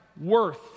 worth